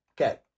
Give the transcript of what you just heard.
Okay